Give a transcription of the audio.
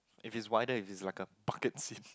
if it's wider it's like a bucket seat